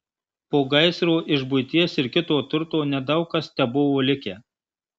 po gaisro iš buities ir kito turto nedaug kas tebuvo likę